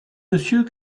monsieur